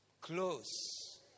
Close